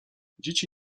dzieci